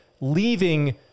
leaving